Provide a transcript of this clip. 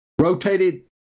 rotated